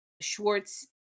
Schwartz